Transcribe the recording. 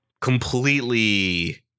completely